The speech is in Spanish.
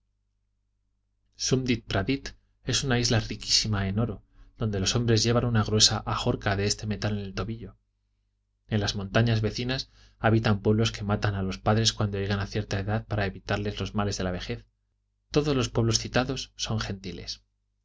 es una isla riquísima en oro donde los hombres llevan una gruesa ajorca de este metal en el tobillo en las montañas vecinas habitan pueblos que matan a los padres cuando llegan a cierta edad para evitarles los males de la vejez todos los pueblos citados son